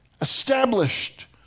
established